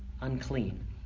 unclean